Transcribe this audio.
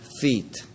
feet